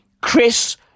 Chris